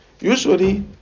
Usually